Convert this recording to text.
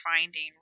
finding